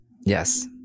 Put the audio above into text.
Yes